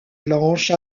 blanche